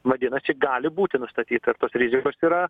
vadinasi gali būti nustatyta rizikos yra